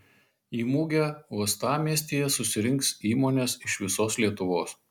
į mugę uostamiestyje susirinks įmonės iš visos lietuvos